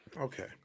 okay